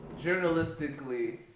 journalistically